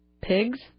Pigs